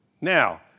Now